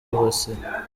burusiya